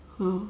!huh!